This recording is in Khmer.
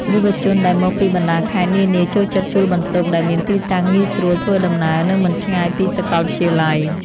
យុវជនដែលមកពីបណ្តាខេត្តនានាចូលចិត្តជួលបន្ទប់ដែលមានទីតាំងងាយស្រួលធ្វើដំណើរនិងមិនឆ្ងាយពីសាកលវិទ្យាល័យ។